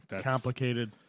complicated